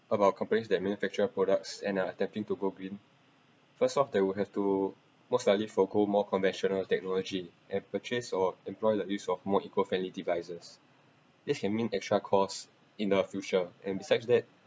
about companies that manufacture products and are adapting to go green first off they will have to most likely forgo more conventional technology and purchase or employ the use of more eco-friendly devices which can mean extra cost in the future and besides that